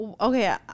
okay